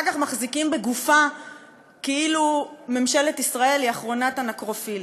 כך מחזיקים בגופה כאילו ממשלת ישראל היא אחרונת הנקרופילים.